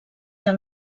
del